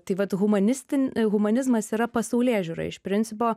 tai vat humanistin humanizmas yra pasaulėžiūra iš principo